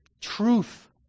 Truth